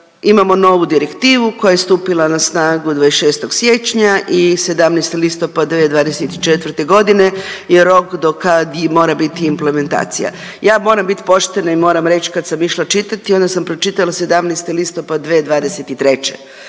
imamo novu direktivu koja je stupila na snagu 26. siječnja i 17. listopada 2024.g. je rok do kad mora bit implementacija. Ja moram bit poštena i moram reć, kad sam išla čitati onda sam pročitala 17. listopad 2023.,